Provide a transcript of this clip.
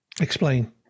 Explain